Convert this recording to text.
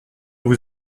vous